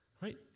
Right